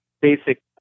basic